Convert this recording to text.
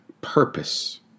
purpose